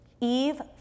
Eve